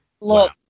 Look